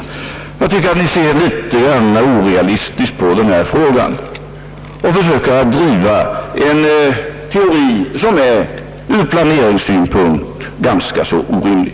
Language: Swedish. Jag tycker att ni ser litet orealistiskt på den här frågan och försöker driva en teori, som ur planeringssynpunkt är ganska orimlig.